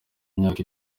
myaka